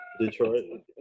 Detroit